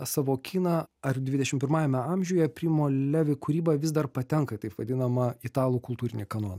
savo kiną ar dvidešim pirmajame amžiuje primo levi kūryba vis dar patenka į taip vadinamą italų kultūrinį kanoną